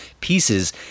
pieces